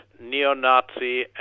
neo-Nazi